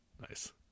nice